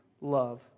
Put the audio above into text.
love